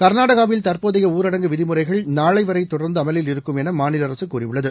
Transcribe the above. கர்நாடகாவில்தற்போதையஊரடங்குவிதிமுறைகள்நாளைவரைதொடர்ந்துஅமலி ல்இருக்கும்எனமாநிலஅரசுகூறியுள்ளது